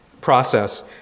process